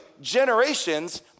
generations